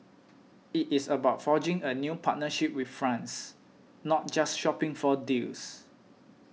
it is about forging a new partnership with France not just shopping for deals